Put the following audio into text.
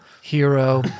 hero